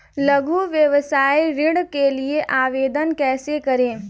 लघु व्यवसाय ऋण के लिए आवेदन कैसे करें?